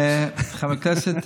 חבר הכנסת